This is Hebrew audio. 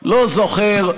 לא זוכר,